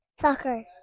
soccer